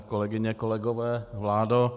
Kolegyně, kolegové, vládo.